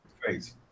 Crazy